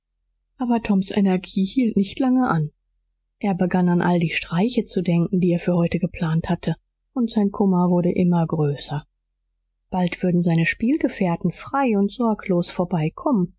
aber toms energie hielt nicht lange an er begann an all die streiche zu denken die er für heute geplant hatte und sein kummer wurde immer größer bald würden seine spielgefährten frei und sorglos vorbeikommen